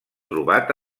trobat